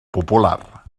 popular